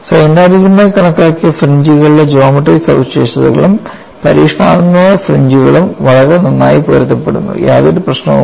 സൈദ്ധാന്തികമായി കണക്കാക്കിയ ഫ്രിഞ്ച്കളുടെ ജോമട്രി സവിശേഷതകളും പരീക്ഷണാത്മക ഫ്രിഞ്ച്കളും വളരെ നന്നായി പൊരുത്തപ്പെടുന്നു യാതൊരു പ്രശ്നവുമില്ല